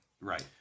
right